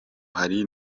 hari